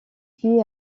puis